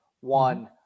one